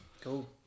Cool